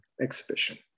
exhibition